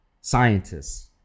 scientists